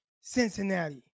Cincinnati